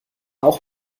auch